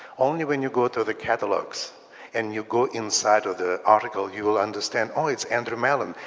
only when you go to the catalogs and you go inside of the article, you'll understand, oh, it's andrew mellon.